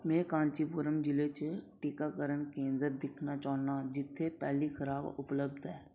में कांचीपुरम जि'ले च टीकाकरण केंदर दिक्खना चाह्न्नां जित्थै पैह्ली खराक उपलब्ध ऐ